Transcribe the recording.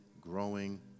growing